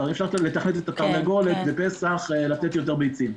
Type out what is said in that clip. אי אפשר לתכנת את התרנגולת בפסח לתת יותר ביצים.